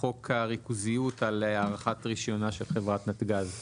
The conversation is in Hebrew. חוק הריכוזיות על הארכת רישיונה של חברת נתג"ז,